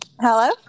Hello